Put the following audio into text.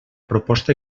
proposta